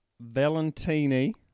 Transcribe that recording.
Valentini